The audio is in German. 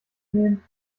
nähen